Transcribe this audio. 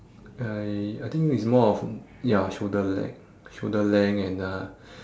ya I I think it's more of ya shoulder length shoulder length and uh